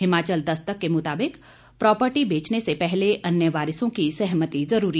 हिमाचल दस्तक के मुताबिक प्रॉपर्टी बेचने से पहले अन्य वारिसों की सहमति जरूरी